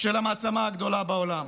של המעצמה הגדולה בעולם?